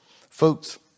Folks